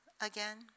again